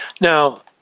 Now